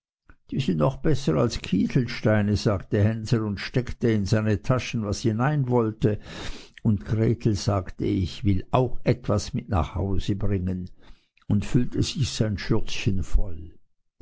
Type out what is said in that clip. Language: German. die sind noch besser als kieselsteine sagte hänsel und steckte in seine taschen was hinein wollte und gretel sagte ich will auch etwas mit nach haus bringen und füllte sich sein schürzchen voll